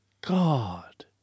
God